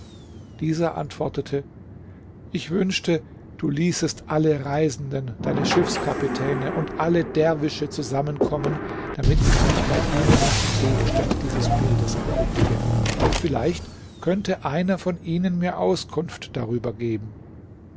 dieser antwortete ich wünschte du ließest alle reisenden deine schiffskapitäne und alle derwische zusammenkommen damit ich mich bei ihnen nach dem gegenstand dieses bildes erkundige vielleicht könnte einer von ihnen mir auskunft darüber geben